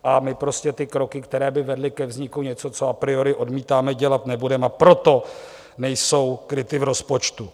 A my prostě ty kroky, které by vedly ke vzniku něčeho, co a priori odmítáme, dělat nebudeme, a proto nejsou kryty v rozpočtu.